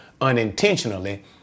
unintentionally